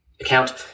Account